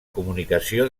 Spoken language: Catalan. comunicació